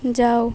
ଯାଅ